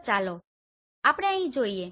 તો ચાલો આપણે અહીં જોઈએ